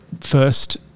first